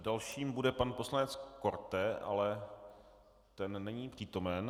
Dalším bude pan poslanec Korte, ale ten není přítomen.